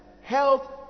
health